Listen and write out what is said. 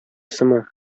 сыман